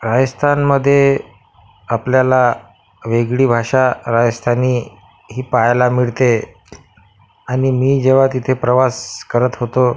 राजस्थानमध्ये आपल्याला वेगळी भाषा राजस्थानी ही पहायला मिळते आणि मी जेव्हा तिथे प्रवास करत होतो